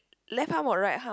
left arm or right arm